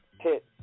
hit